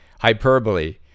hyperbole